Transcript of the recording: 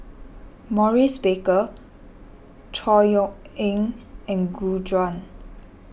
Maurice Baker Chor Yeok Eng and Gu Juan